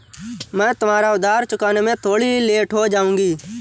मैं तुम्हारा उधार चुकाने में थोड़ी लेट हो जाऊँगी